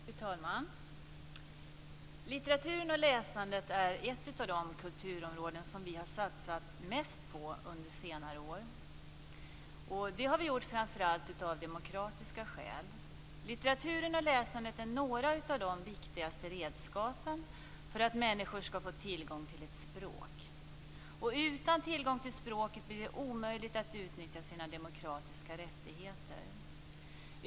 Fru talman! Litteraturen och läsandet är ett av de kulturområden som vi har satsat mest på under senare år. Det har vi gjort framför allt av demokratiska skäl. Litteraturen och läsandet är några av de viktigaste redskapen för att människor ska få tillgång till ett språk. Utan tillgång till språket blir det omöjligt att utnyttja sina demokratiska rättigheter.